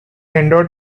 endowed